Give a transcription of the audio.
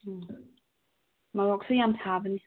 ꯎꯝ ꯃꯣꯔꯣꯛꯁꯨ ꯌꯥꯝ ꯁꯥꯕꯅꯦ